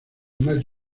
más